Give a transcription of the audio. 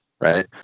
right